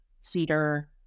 cedar